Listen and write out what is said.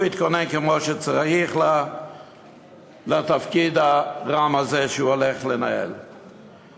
הוא יתכונן כמו שצריך לתפקיד הרם הזה שהוא הולך לנהל עיר.